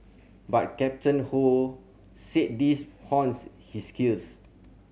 but Captain Ho said these hones his skills